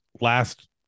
last